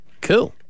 Cool